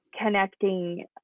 connecting